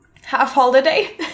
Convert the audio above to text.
half-holiday